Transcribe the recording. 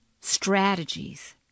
strategies